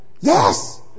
Yes